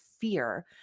fear